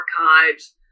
archives